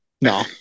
No